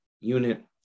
unit